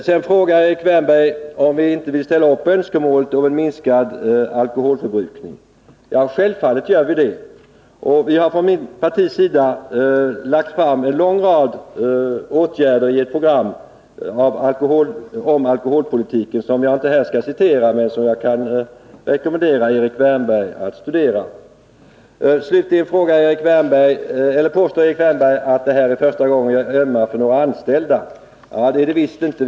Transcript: Vidare frågar Erik Wärnberg om vi inte vill ställa upp bakom önskemålet om en minskad alkoholförbrukning. Jo, självfallet gör vi det. Från mitt partis sida har vi lagt fram en lång rad förslag till åtgärder i ett alkoholpolitiskt program som jag inte här skall citera men som jag kan rekommendera Erik Wärnberg att studera. Slutligen påstår Erik Wärnberg att det här är första gången jag ömmar för några anställda. Det är det visst inte.